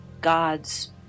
God's